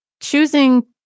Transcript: choosing